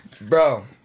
Bro